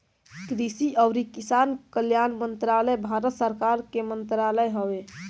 कृषि अउरी किसान कल्याण मंत्रालय भारत सरकार के मंत्रालय हवे